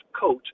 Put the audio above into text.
coach